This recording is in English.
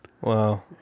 Wow